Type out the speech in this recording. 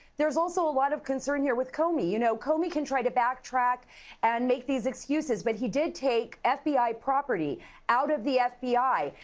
there's also a lot of concern here with comey. you know comey can try to backtrack and make these excuses but he did take ah fbi property out of the fbi.